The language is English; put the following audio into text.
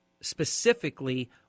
specifically